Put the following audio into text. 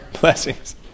Blessings